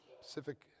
Pacific